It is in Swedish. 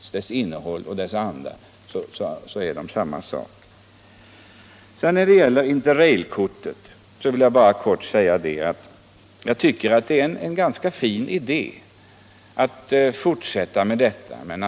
Andan i innehållet är densamma i båda. Jag tycker det är en ganska fin idé att införa interrailkort för pensionärer.